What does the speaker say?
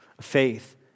Faith